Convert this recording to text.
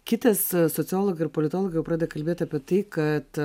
kitas sociologai ir politologai jau pradeda kalbėti apie tai kad